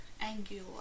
angular